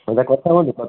ହେଲେ କଥା ହୁଅନ୍ତୁ